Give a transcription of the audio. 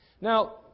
Now